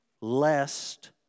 lest